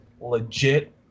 legit